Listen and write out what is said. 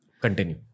Continue